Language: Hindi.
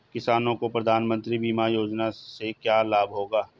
किसानों को प्रधानमंत्री बीमा योजना से क्या लाभ होगा?